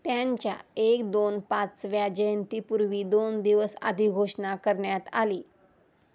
त्यांच्या एक दोन पाचव्या जयंतीपूर्वी दोन दिवस आधी घोषणा करण्यात आली